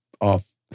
off